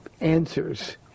answers